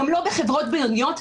גם לא בחברות בינוניות,